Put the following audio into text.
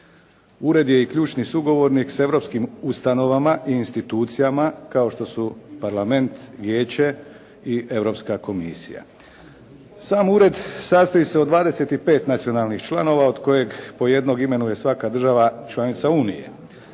Ured je i ključni sugovornik s europskim ustanovama i institucijama kao što su parlament, vijeće i Europska komisija. Sam ured sastoji se od 25 nacionalnih članova od kojeg po jednog imenuje svaka država članica unije.